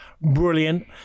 brilliant